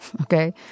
Okay